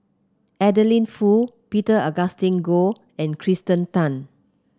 Adeline Foo Peter Augustine Goh and Kirsten Tan